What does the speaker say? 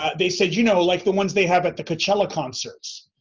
ah they said, you know, like the ones they have at the coachella concerts.